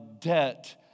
debt